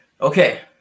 Okay